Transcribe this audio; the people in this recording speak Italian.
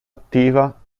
attiva